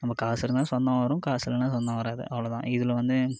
நம்ம காசு இருந்தால் சொந்தம் வரும் காசு இல்லைன்னா சொந்தம் வராது அவ்வளோ தான் இதில் வந்து